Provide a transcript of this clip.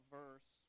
verse